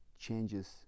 changes